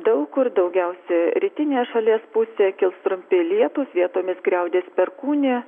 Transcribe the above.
daug kur daugiausia rytinėj šalies pusėj kils trumpi lietūs vietomis griaudės perkūnija